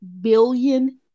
billion